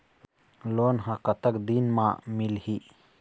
Loan ह कतक दिन मा मिलही?